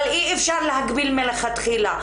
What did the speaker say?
אבל אי אפשר להגביל מלכתחילה,